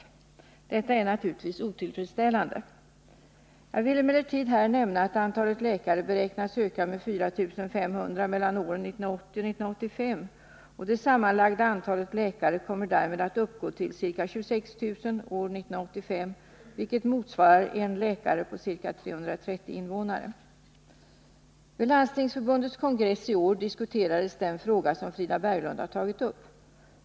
Detta är naturligtvis otillfredsställande. Jag vill emellertid här nämna att antalet läkare beräknas öka med 4 500 mellan åren 1980 och 1985. Det sammanlagda antalet läkare kommer därmed att uppgå till ca 26 000 år 1985, vilket motsvarar en läkare på ca 330 invånare. Vid Landstingsförbundets kongress i år diskuterades den fråga som Frida Berglund har tagit upp.